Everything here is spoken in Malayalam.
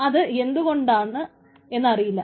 അത് എന്തുകൊണ്ട് ആണ് എന്നറിയില്ല